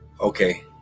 okay